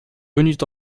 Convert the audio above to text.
venues